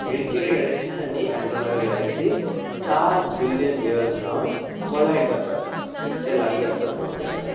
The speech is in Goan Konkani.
मिल्की वे गेलेक्सी आनी एन्ड्रोमेडा गेलेक्सी चार बिलयन इयर्स जावन काॅलायड करपाचें आसात इतले लागीं आसात पळोवंक गेल्यार